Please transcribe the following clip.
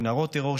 מנהרות טרור,